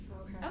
Okay